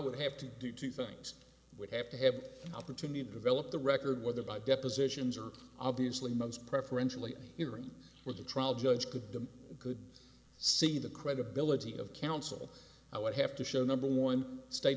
would have to do two things would have to have an opportunity to develop the record whether by depositions or obviously months preferentially hearing where the trial judge could could see the credibility of counsel i would have to show number one state